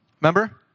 Remember